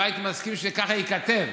לא הייתי מסכים שככה ייכתב.